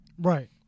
right